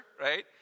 right